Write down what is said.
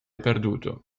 perduto